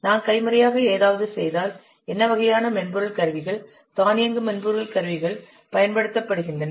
நாம் கைமுறையாக ஏதாவது செய்தால் என்ன வகையான மென்பொருள் கருவிகள் தானியங்கு மென்பொருள் கருவிகள் பயன்படுத்தப்படுகின்றன